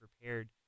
prepared